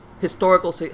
historical